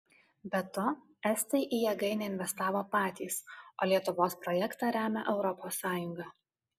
be to estai į jėgainę investavo patys o lietuvos projektą remia europos sąjunga